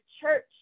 church